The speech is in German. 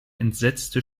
entsetzte